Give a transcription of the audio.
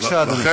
בבקשה, אדוני.